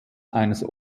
eines